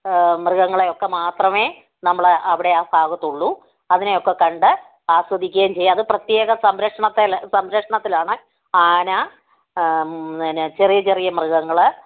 മൃഗങ്ങളെയൊക്കെ മാത്രമേ നമ്മളവിടെയാ ഭാഗത്തുള്ളൂ അതിനെയൊക്കെ കണ്ട് ആസ്വദിക്കുകയും ചെയ്യാം അത് പ്രത്യേക സംരക്ഷണത്തേല് സംരക്ഷണത്തിലാണ് ആന എന്നാ ചെറിയ ചെറിയ മൃഗങ്ങള്